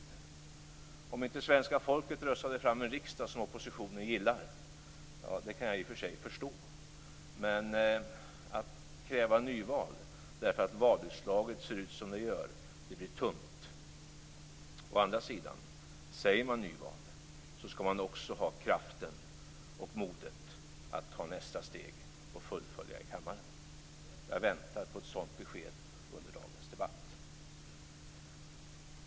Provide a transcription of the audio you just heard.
Jag kan i och för sig förstå om svenska folket röstade fram en riksdag som oppositionen inte gillar, men att kräva nyval därför att valutslaget ser ut som det gör blir tungt. Å andra sidan: Säger man nyval, skall man också ha kraften och modet att ta nästa steg och fullfölja det i kammaren. Jag väntar på ett sådant besked under dagens debatt.